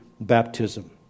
baptism